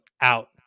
out